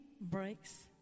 breaks